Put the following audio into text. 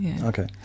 Okay